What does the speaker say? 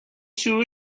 شروع